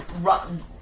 run